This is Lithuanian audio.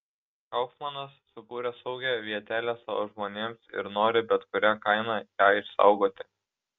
kaufmanas sukūrė saugią vietelę savo žmonėms ir nori bet kuria kaina ją išsaugoti